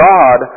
God